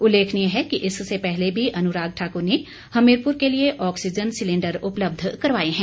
उल्लेखनीय है कि इससे पहले भी अनुराग ठाकुर ने हमीरपुर के लिए ऑक्सीजन सिलेंडर उपलब्ध करवाए हैं